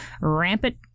rampant